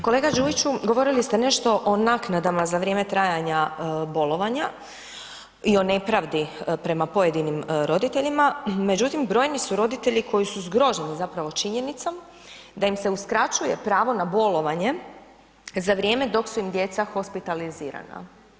Kolega Đujiću, govorili ste nešto o naknadama za vrijeme trajanja bolovanja i o nepravdi prema pojedinim roditeljima, međutim, brojni su roditelji koji su zgroženi zapravo činjenicom da im se uskraćuje pravo na bolovanje za vrijeme dok su im djeca hospitalizirana.